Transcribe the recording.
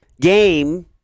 game